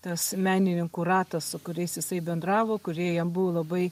tas menininkų ratas su kuriais jisai bendravo kurie jam buvo labai